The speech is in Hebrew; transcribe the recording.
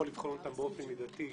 יכול לבחון אותם באופן מידתי,